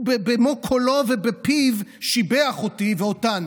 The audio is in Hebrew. הוא במו קולו ופיו שיבח אותי ואותנו,